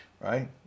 Right